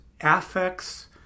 affects